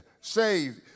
saved